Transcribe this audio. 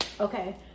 okay